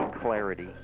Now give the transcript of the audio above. clarity